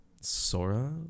sora